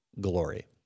glory